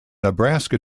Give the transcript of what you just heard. nebraska